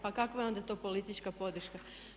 Pa kakva je onda to politička podrška?